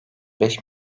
beş